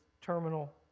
terminal